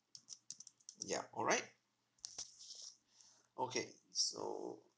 ya alright okay so